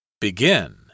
Begin